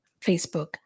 Facebook